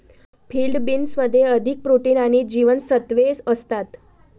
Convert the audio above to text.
field बीन्समध्ये अधिक protein आणि जीवनसत्त्वे असतात